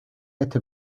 este